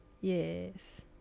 Yes